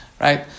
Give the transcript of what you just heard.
right